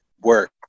work